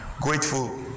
grateful